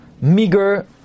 meager